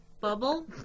bubble